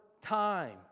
time